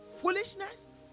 foolishness